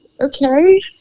Okay